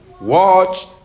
Watch